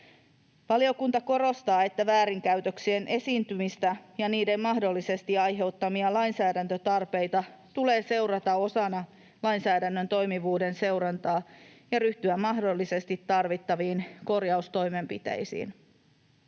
Valiokunta korostaa, että väärinkäytöksien esiintymistä ja niiden mahdollisesti aiheuttamia lainsäädäntötarpeita tulee seurata osana lainsäädännön toimivuuden seurantaa ja ryhtyä mahdollisesti tarvittaviin korjaustoimenpiteisiin.